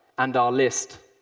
and our list,